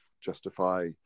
justify